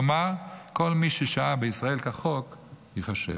כלומר, כל מי ששהה בישראל כחוק ייחשב.